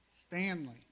Stanley